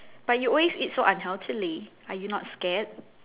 but you always eat so unhealthily are you not scared